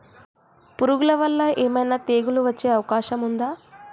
పురుగుల వల్ల ఏమైనా తెగులు వచ్చే అవకాశం ఉందా?